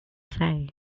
say